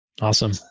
Awesome